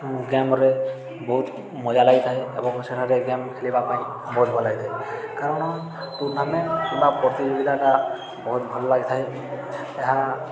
ଗେମ୍ରେ ବହୁତ ମଜା ଲାଗିଥାଏ ଏବଂ ସେଠାରେ ଗେମ୍ ଖେଳିବା ପାଇଁ ବହୁତ ଭଲ ଲାଗିଥାଏ କାରଣ ଟୁର୍ଣ୍ଣାମେଣ୍ଟ୍ କିମ୍ବା ପ୍ରତିଯୋଗିତାଟା ବହୁତ ଭଲ ଲାଗିଥାଏ ଏହା